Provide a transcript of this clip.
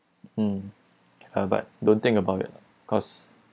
mm uh but don't think about it lah cause